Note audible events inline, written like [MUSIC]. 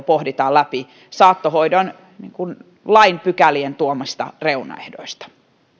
[UNINTELLIGIBLE] pohditaan läpi tämä ajattelu saattohoidon lakipykälien tuomista reunaehdoista